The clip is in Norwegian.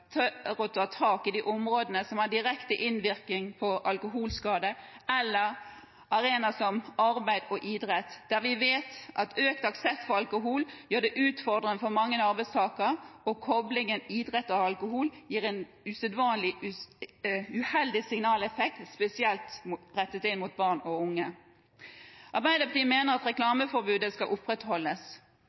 å ta tak i de områdene som har direkte innvirkning på alkoholskade, eller arenaer som arbeid og idrett, der vi vet at økt aksept for alkohol gjør det utfordrende for mange arbeidstakere, og koblingen idrett og alkohol gir en uheldig signaleffekt, spesielt overfor barn og unge. Arbeiderpartiet mener at reklameforbudet skal opprettholdes,